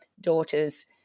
daughters